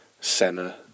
Senna